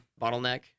bottleneck